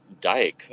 Diet